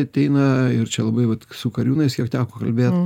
ateina ir čia labai vat su kariūnais kiek teko kalbėt